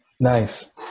nice